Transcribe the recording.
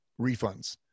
refunds